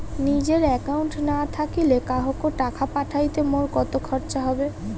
নিজের একাউন্ট না থাকিলে কাহকো টাকা পাঠাইতে মোর কতো খরচা হবে?